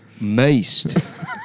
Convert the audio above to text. maced